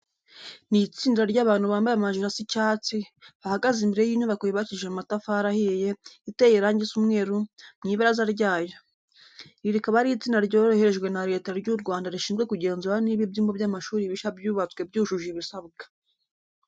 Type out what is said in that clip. Ni itsinda ry'abantu bambaye amajire asa icyatsi, bahagaze imbere y'inyubako yubakishije amatafari ahiye, iteye irange risa umweru mu ibaraza ryayo. Iri rikaba ari itsinda ryoherejwe na Leta y'u Rwanda rishizwe kugenzura niba ibyumba by'amashuri bishya byubatswe byujuje ibisabwa.